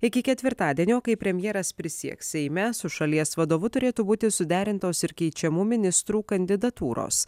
iki ketvirtadienio kai premjeras prisieks seime su šalies vadovu turėtų būti suderintos ir keičiamų ministrų kandidatūros